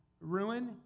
Ruin